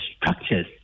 structures